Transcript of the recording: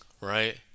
right